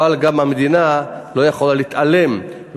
אבל גם המדינה לא יכולה להתעלם,